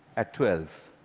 at twelve.